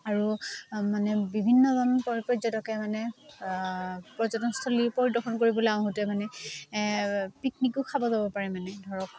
আৰু মানে বিভিন্নজন পৰ্যটকে মানে পৰ্যটনস্থলী পৰিদৰ্শন কৰিবলৈ আহোঁতে মানে পিকনিকো খাব যাব পাৰে মানে ধৰক